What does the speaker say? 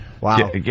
Wow